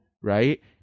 Right